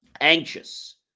anxious